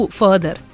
further